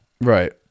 Right